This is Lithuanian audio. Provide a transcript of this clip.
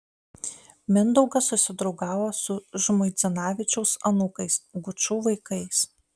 mindaugas susidraugavo su žmuidzinavičiaus anūkais gučų vaikais